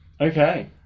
Okay